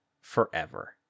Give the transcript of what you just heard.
forever